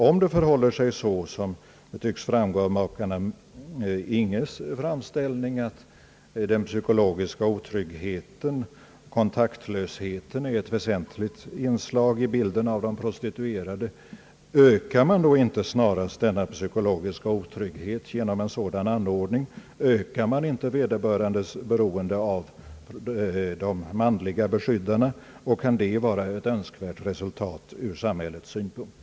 Om det förhåller sig så som tycks framgå av makarna Inghes framställning, att den psykologiska otryggheten och kontaktlösheten är ett väsentligt inslag i bilden av de prostituerade, ökar man då inte snarast denna psykologiska otrygghet genom en sådan anordning, liksom vederbörandes beroende av de manliga beskyddarna? Och kan det vara ett önskvärt resultat ur samhällets synpunkt?